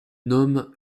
nomme